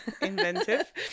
inventive